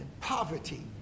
poverty